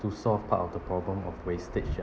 to solve part of the problem of wastage ah